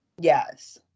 Yes